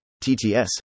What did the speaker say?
TTS